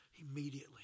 immediately